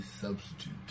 substitute